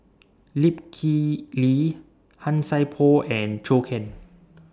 Lip Kip Lee Han Sai Por and Zhou Can